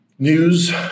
News